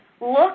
look